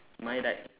my right